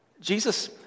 Jesus